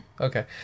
Okay